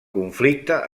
conflicte